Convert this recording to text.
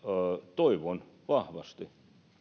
toivon vahvasti että